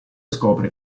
scopre